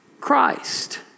Christ